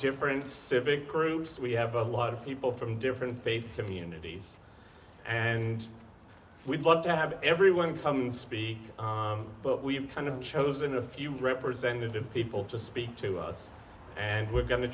different civic groups we have a lot of people from different faith communities and we'd love to have everyone come speak but we kind of chose in a few representative people to speak to us and we're go